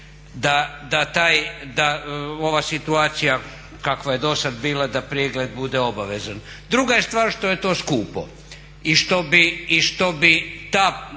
da ova situacija kakva je do sada bila da pregled bude obavezan. Druga je stvar što je to skupo i što bi ta